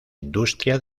industria